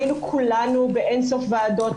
היינו כולנו באין סוף ועדות,